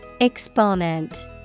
Exponent